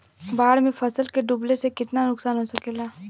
बाढ़ मे फसल के डुबले से कितना नुकसान हो सकेला?